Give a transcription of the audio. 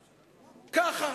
ככה.